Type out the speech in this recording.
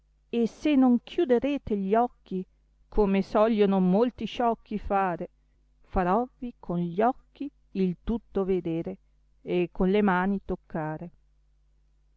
e se non chiuderete gli occhi come sogliono molti sciocchi fare farovvi con gli occhi il tutto vedere e con le mani toccare